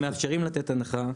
אנחנו מאפשרים לתת הנחה,